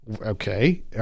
okay